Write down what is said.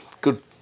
good